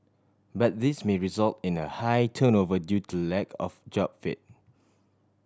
but this may result in a high turnover due to lack of job fit